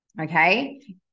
okay